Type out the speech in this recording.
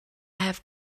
have